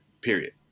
period